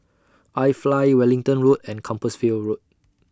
IFly Wellington Road and Compassvale Road